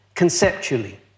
conceptually